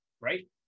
right